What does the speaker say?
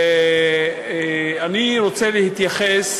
אני רוצה להתייחס